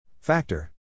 Factor